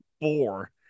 four